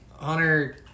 hunter